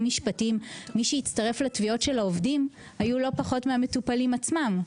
משפטיים היו לא פחות מאשר המטופלים עצמם.